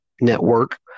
network